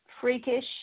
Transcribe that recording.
freakish